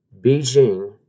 Beijing